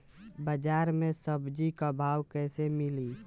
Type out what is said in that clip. बाजार मे सब्जी क भाव कैसे मिली?